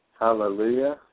Hallelujah